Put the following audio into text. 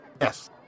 Yes